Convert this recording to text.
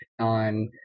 on